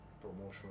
promotional